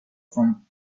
from